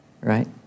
right